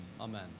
amen